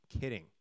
kidding